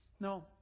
No